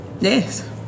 Yes